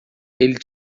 ele